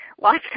lots